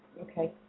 Okay